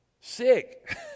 sick